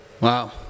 Wow